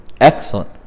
Excellent